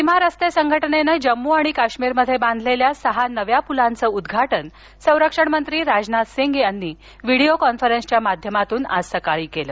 सीमा रस्ते संघटनेनं जम्म् आणि काश्मीरमध्ये बांधलेल्या सहा नव्या पुलांचं उद्घाटन संरक्षण मंत्री राजनाथ सिंग यांनी विडीयो कॉन्फरन्सच्या माध्यमातून आज केलं